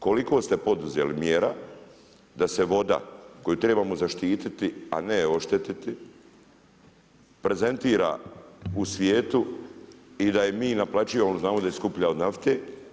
Koliko ste poduzeli mjera da se voda koju trebamo zaštiti a ne oštetiti prezentira u svijetu i da je mi naplaćujemo jer znamo da je skuplja od nafte?